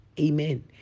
Amen